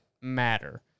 matter